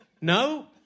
no